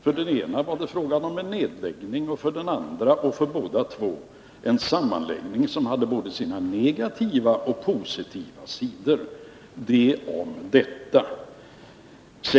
För den ena industrin var det fråga om en nedläggning och för den andra och för båda två en sammanläggning som hade både sina negativa och sina positiva sidor. Detta om detta.